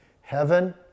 Heaven